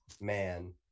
man